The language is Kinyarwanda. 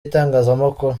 itangazamakuru